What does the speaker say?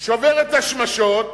שובר את השמשות,